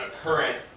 current